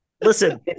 Listen